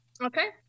okay